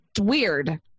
weird